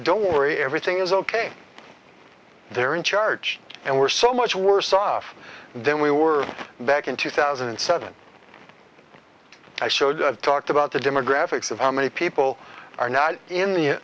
don't worry everything is ok they're in charge and we're so much worse off then we were back in two thousand and seven i showed you talked about the demographics of how many people are now in the